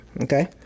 Okay